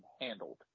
handled